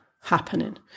happening